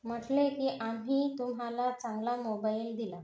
म्हटले की आम्ही तुम्हाला चांगला मोबाईल दिला